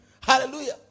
Hallelujah